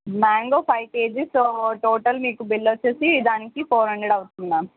mango five kg so total మీకు bill వచ్చేసి దానికి ఫోర్ హండ్రెడ్ అవుతుంది మ్యామ్